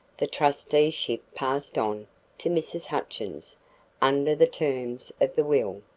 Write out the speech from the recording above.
the trusteeship passed on to mrs. hutchins under the terms of the will.